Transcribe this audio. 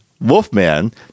Wolfman